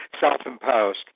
self-imposed